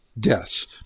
Yes